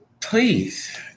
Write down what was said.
Please